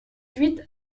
huit